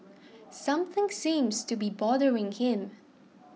something seems to be bothering him